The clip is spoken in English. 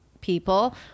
people